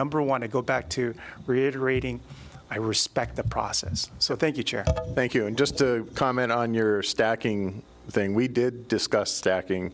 number one to go back to reiterate ng i respect the process so thank thank you and just to comment on your stacking the thing we did discuss stacking